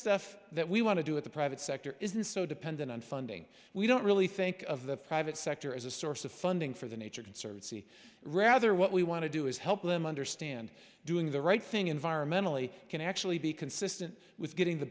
stuff that we want to do at the private sector isn't so dependent on funding we don't really think of the private sector as a source of funding for the nature conservancy rather what we want to do is help limit or stand doing the right thing environmentally can actually be consistent with getting the